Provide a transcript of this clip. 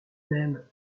même